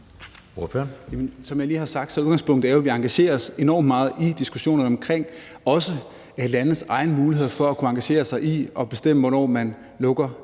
Som jeg lige har sagt, er udgangspunktet, at vi engagerer os enormt meget i diskussionerne, også omkring landes egne muligheder for at kunne engagere sig i og bestemme, hvordan man lukker